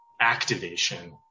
activation